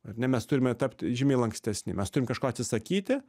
ar ne mes turime tapti žymiai lankstesni mes turim kažko atsisakyti